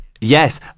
Yes